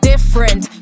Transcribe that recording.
Different